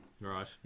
Right